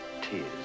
tears